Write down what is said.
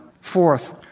Fourth